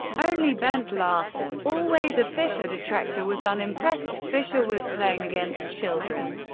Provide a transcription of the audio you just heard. only bent larsen, always a fischer detractor, was unimpressed fischer was playing against children.